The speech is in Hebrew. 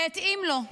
זה התאים לו.